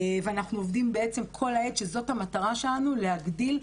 ואנחנו עובדים כל העת זאת המטרה שלנו, להגדיל.